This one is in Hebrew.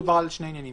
דובר על שני עניינים,